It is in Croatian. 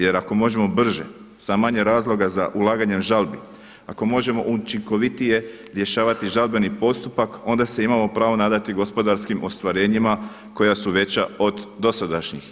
Jer ako možemo brže sa manje razloga za ulaganjem žalbi, ako možemo učinkovitije rješavati žalbeni postupak onda se imamo pravo nadati gospodarskim ostvarenjima koja su veća od dosadašnjih.